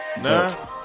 Nah